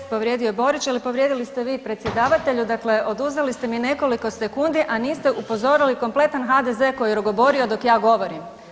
236. povrijedio je Borić, ali povrijedili ste vi predsjedavatelju, dakle oduzeli ste mi nekoliko sekundi, a niste upozorili kompletan HDZ koji je rogoborio dok ja govorim.